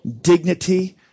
Dignity